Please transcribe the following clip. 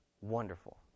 wonderful